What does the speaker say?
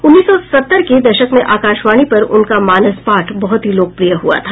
उन्नीस सौ सत्तर के दशक में आकाशवाणी पर उनका मानस पाठ बहुत ही लोकप्रिय हुआ था